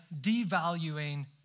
devaluing